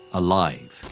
alive.